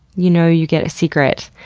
you know you get a secret.